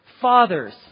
fathers